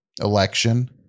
Election